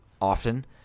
often